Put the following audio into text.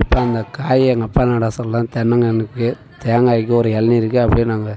இப்போ அந்த காயை எங்கள் அப்பா நட சொல்ல தென்னங்கன்றுக்கு தேங்காய்க்கு ஒரு இளநீருக்கு அப்படின்னாங்க